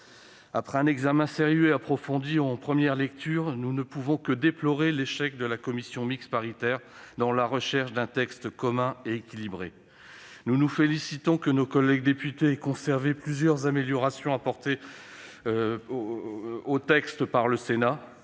Après un examen sérieux et approfondi en première lecture, nous ne pouvons que déplorer l'échec de la commission mixte paritaire dans la recherche d'un texte commun et équilibré. Nous nous félicitons que nos collègues députés aient conservé plusieurs améliorations apportées au texte par le Sénat.